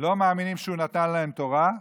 לא מאמינים שהוא נתן להם תורה,